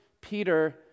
Peter